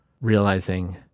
realizing